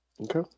Okay